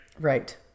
Right